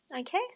Okay